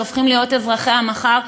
שהופכים להיות אזרחי המחר,